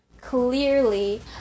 clearly